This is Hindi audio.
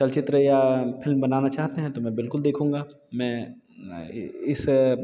चलचित्र या फिल्म बनाना चाहते हैं तो मैं बिल्कुल देखूँगा मैं इस